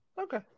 Okay